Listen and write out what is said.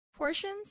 Portions